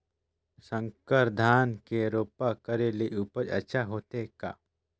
संकर धान के रोपा करे ले उपज अच्छा होथे का?